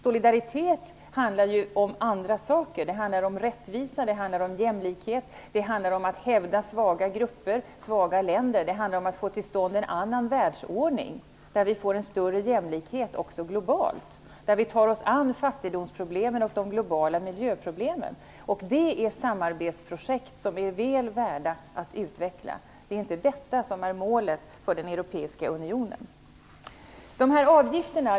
Solidaritet handlar om andra saker. Det handlar om rättvisa, jämlikhet, att hävda svaga grupper och länder och att få till stånd en annan världsordning med större global jämlikhet. Vi skall ta oss an problemen med fattigdom och de globala miljöproblemen. Det är samarbetsprojekt som är väl värda att utveckla. Men det är inte detta som är målet för den europeiska unionen.